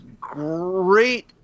great